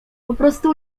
poprostu